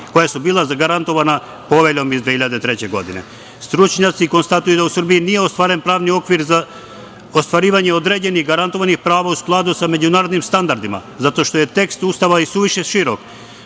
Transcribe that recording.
koja su bila zagarantovana Poveljom iz 2003. godine. Stručnjaci konstatuju da u Srbiji nije ostvaren pravni okvir za ostvarivanje određenih garantovanih prava u skladu sa međunarodnim standardima zato što je tekst Ustava isuviše širok,